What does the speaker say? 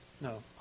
No